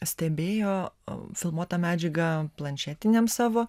stebėjo filmuotą medžiagą planšetiniam savo